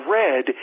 red